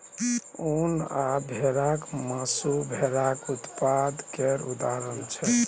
उन आ भेराक मासु भेराक उत्पाद केर उदाहरण छै